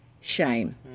shame